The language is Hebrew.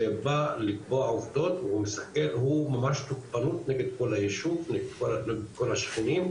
זה בא לקבוע עובדות והוא ממש תוקפנות נגד כל היישוב ונגד כל השכנים,